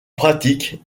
pratique